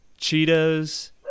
Cheetos